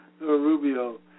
Rubio